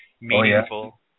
meaningful